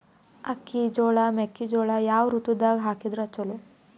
ಅಕ್ಕಿ, ಜೊಳ, ಮೆಕ್ಕಿಜೋಳ ಯಾವ ಋತುದಾಗ ಹಾಕಿದರ ಚಲೋ?